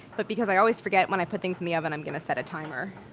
but because i always forget when i put things in the oven, i'm going to set a timer.